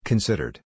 Considered